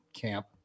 camp